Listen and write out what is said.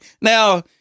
Now